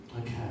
Okay